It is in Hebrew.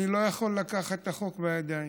אני לא יכול לקחת את החוק לידיים,